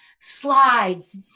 slides